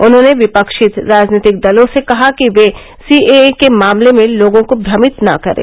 उन्होंने विपक्षी राजनीतिक दलों से कहा कि वे सीएए के मामले में लोगों को भ्रमित न करें